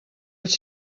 els